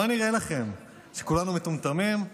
מה נראה לכם, שכולנו מטומטמים?